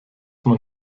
man